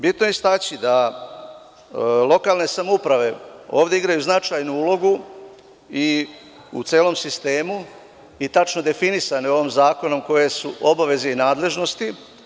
Bitno je istaći da lokalne samouprave igraju ovde značajnu ulogu, u celom sistemu i tačno je definisano u ovom zakonu koje su obaveze i nadležnosti.